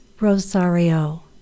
Rosario